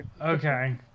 okay